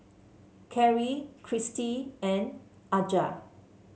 Karri Cristy and Aja